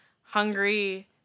hungry